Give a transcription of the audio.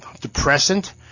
depressant